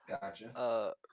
Gotcha